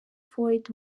ford